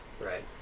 Right